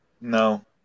No